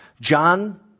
John